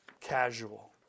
Casual